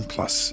Plus